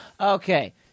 Okay